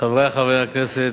חברי חברי הכנסת,